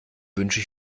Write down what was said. wünsche